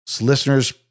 Listeners